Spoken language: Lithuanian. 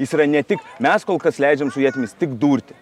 jis yra ne tik mes kol kas leidžiam su ietimis tik durti